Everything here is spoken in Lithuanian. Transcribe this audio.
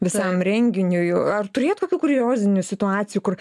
visam renginiui ar turėjot tokių kuriozinių situacijų kur